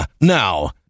Now